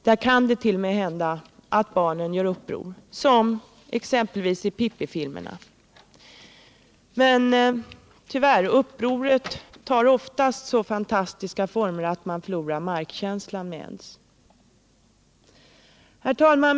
Där kan det t.o.m. hända att barnen gör uppror, som exempelvis i Pippifilmerna. Men tyvärr tar sig upproret oftast så fantastiska former att man med ens förlorar markkänslan. Herr talman!